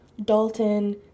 dalton